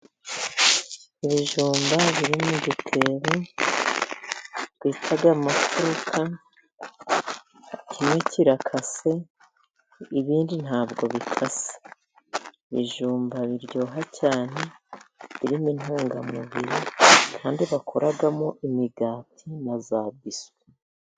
Ibijumba biri mu gitebo bita mafuruka, kimwe kirakase, ibindi ntabwo bikase. Ibijumba biryoha cyane, birimo intungamubiri kandi bakoramo imigati na za biswi.